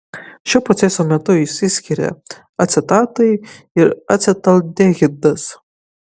šio proceso metu išsiskiria acetatai ir acetaldehidas